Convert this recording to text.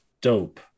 dope